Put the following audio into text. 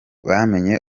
bamenye